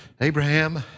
Abraham